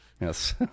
yes